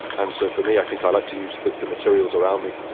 and and so for me, i think i like to use the the materials around me.